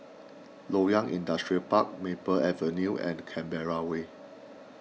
Loyang Industrial Park Maple Avenue and Canberra Way